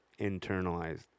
internalized